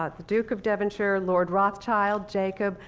ah the duke of devonshire lord rothschild, jacob,